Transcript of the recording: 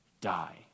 die